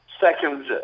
Second